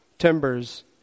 Timbers